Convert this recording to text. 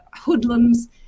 hoodlums